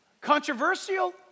Controversial